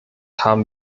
haben